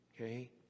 Okay